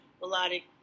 melodic